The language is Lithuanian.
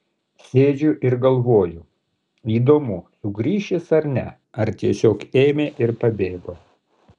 sėdžiu ir galvoju įdomu sugrįš jis ar ne ar tiesiog ėmė ir pabėgo